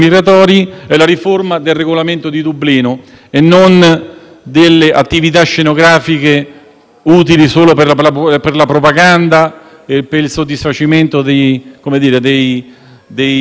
utili solo per la propaganda e per il soddisfacimento dei *follower* e di coloro che poi sui *social* sono pronti a mettere un «mi piace» che non costa nulla.